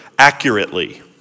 accurately